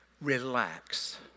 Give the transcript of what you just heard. relax